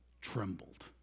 trembled